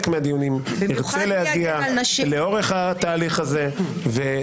מהדיונים ירצה להגיע לאורך התהליך הזה,